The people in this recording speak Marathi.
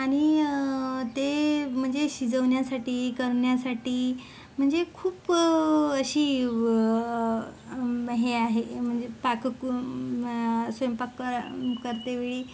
आणि ते म्हणजे शिजवण्यासाठी करण्यासाठी म्हणजे खूप अशी व हे आहे म्हणजे पाककु स्वयंपाक करा करते वेळी